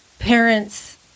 Parents